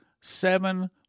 seven